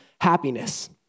happiness